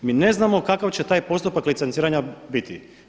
Mi ne znamo kakav će taj postupak licenciranja biti.